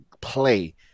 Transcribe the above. play